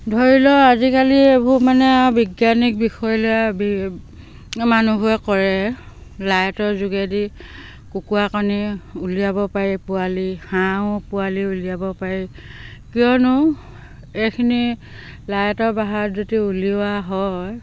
ধৰি লওক আজিকালি এইবোৰ মানে আৰু বিজ্ঞানিক বিষয়লৈ মানুহবোৰে কৰে লাইটৰ যোগেদি কুকুৰা কণী উলিয়াব পাৰি পোৱালি হাঁহো পোৱালি উলিয়াব পাৰি কিয়নো এইখিনি লাইটৰ উলিওৱা হয়